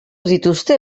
dituzte